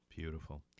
Beautiful